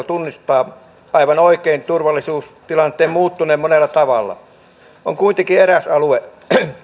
tunnistaa aivan oikein turvallisuustilanteen muuttuneen monella tavalla on kuitenkin eräs alue